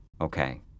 Okay